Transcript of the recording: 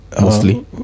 mostly